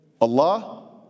Allah